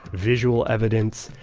visual evidence,